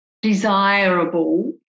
desirable